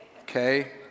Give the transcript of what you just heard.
Okay